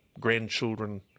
grandchildren